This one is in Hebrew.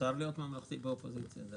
חייבים להיות ממלכתיים באופוזיציה.